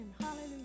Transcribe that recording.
Hallelujah